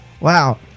Wow